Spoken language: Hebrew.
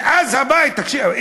מאז הבית, תקשיבו.